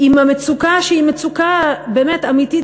עם המצוקה שהיא מצוקה באמת אמיתית,